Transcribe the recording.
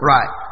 Right